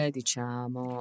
diciamo